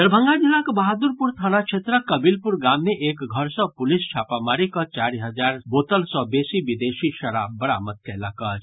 दरभंगा जिलाक बहादुरपुर थाना क्षेत्रक कबीलपुर गाम मे एक घर सँ पुलिस छापामारी कऽ चारि हजार सँ बेसी बोतल विदेशी शराब बरामद कयलक अछि